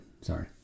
Sorry